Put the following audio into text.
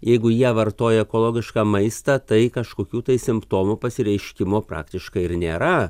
jeigu jie vartoja ekologišką maistą tai kažkokių tai simptomų pasireiškimo praktiškai ir nėra